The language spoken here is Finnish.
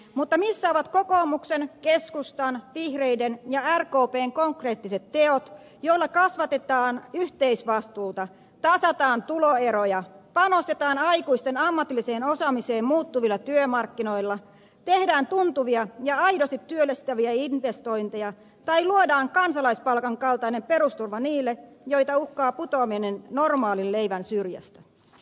mutta missä ovat kokoomuksen keskustan vihreiden ja rkpn konkreettiset teot joilla kasvatetaan yhteisvastuuta tasataan tuloeroja panostetaan aikuisten ammatilliseen osaamiseen muuttuvilla työmarkkinoilla tehdään tuntuvia ja aidosti työllistäviä investointeja tai luodaan kansalaispalkan kaltainen perusturva niille joita uhkaa putoaminen normaalin leivän syrjästä